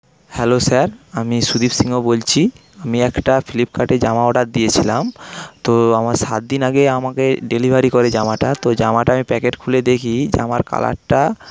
hello sir আমি সুদীপ সিংহ বলছি আমি একটা ফ্লিপকার্টে জামা অর্ডার দিয়েছিলাম তো আমার সাতদিন আগে আমাকে ডেলিভারি করে জামাটা তো জামাটা আমি প্যাকেট খুলে দেখি জামার কালারটা